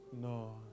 No